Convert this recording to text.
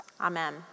Amen